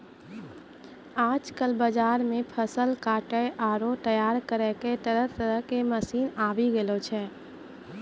आजकल बाजार मॅ फसल काटै आरो तैयार करै के तरह तरह के मशीन आबी गेलो छै